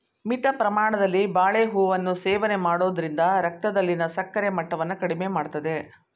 ಮಿತ ಪ್ರಮಾಣದಲ್ಲಿ ಬಾಳೆಹೂವನ್ನು ಸೇವನೆ ಮಾಡೋದ್ರಿಂದ ರಕ್ತದಲ್ಲಿನ ಸಕ್ಕರೆ ಮಟ್ಟವನ್ನ ಕಡಿಮೆ ಮಾಡ್ತದೆ